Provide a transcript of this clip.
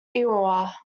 iowa